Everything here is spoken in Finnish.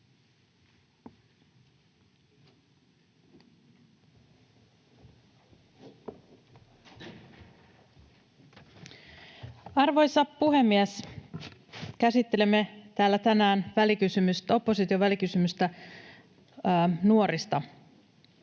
rouva puhemies! Käsittelemme tänään välikysymystä nuorten